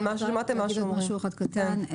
משהו אחד קטן.